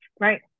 right